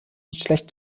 schlechten